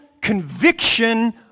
conviction